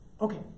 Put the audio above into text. Okay